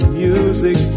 music